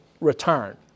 return